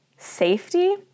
safety